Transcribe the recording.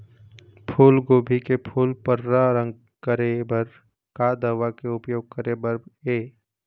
फूलगोभी के फूल पर्रा रंग करे बर का दवा के उपयोग करे बर ये?